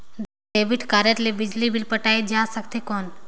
Debit card ले बिजली bill पटाय जा सकथे कौन?